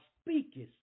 speakest